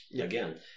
again